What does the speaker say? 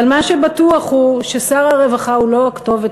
אבל מה שבטוח הוא ששר הרווחה הוא לא הכתובת,